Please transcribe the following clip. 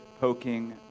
poking